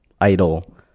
idol